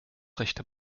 rechte